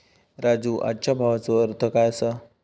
राजू, आजच्या भावाचो अर्थ काय असता?